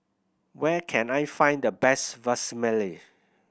where can I find the best Vermicelli